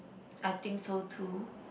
I think so too